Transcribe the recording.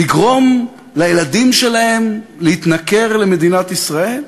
לגרום לילדים שלהם להתנכר למדינת ישראל?